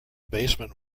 basement